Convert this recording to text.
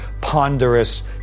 ponderous